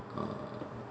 uh